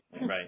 right